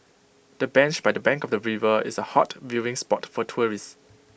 the bench by the bank of the river is A hot viewing spot for tourists